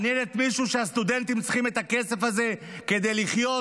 מעניין מישהו שהסטודנטים צריכים את הכסף הזה כדי לחיות,